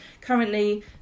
currently